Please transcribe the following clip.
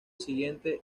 siguiente